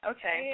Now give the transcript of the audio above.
Okay